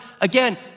again